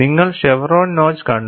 നിങ്ങൾ chevron notch കണ്ടു